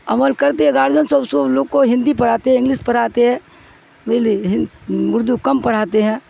عمل کرتے گارجن سب اس لوگ کو ہندی پڑھاتے ہیں انگلش پڑھاتے ہیں ب لے اردو کم پڑھاتے ہیں